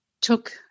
took